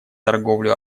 торговлю